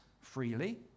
freely